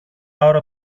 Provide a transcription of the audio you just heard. ώρα